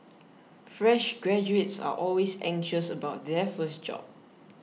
fresh graduates are always anxious about their first job